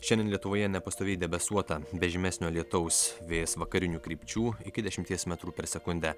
šiandien lietuvoje nepastoviai debesuota be žymesnio lietaus vėjas vakarinių krypčių iki dešimties metrų per sekundę